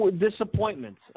Disappointments